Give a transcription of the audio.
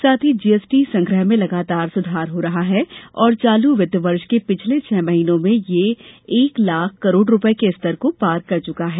साथ ही जीएसटी संग्रह में लगातार सुधार हो रहा है और चालू वित्त वर्ष के पिछले छह महीनों में यह एक लाख करोड़ रुपये के स्तर को पार कर चुका है